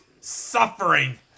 suffering